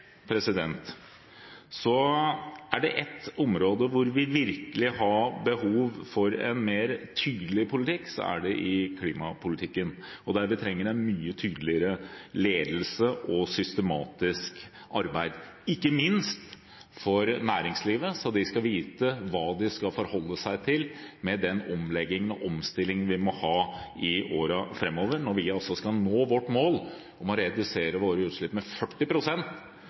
Er det ett område hvor vi virkelig har behov for en mer tydelig politikk, så er det i klimapolitikken, der vi trenger en mye tydeligere ledelse og systematisk arbeid, ikke minst for næringslivet, slik at man skal vite hva man skal forholde seg til med den omleggingen og omstillingen vi må ha i årene framover når vi skal nå vårt mål om å redusere våre utslipp med